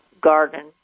garden